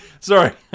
Sorry